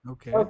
Okay